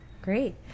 Great